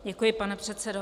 Děkuji, pane předsedo.